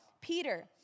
Peter